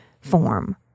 form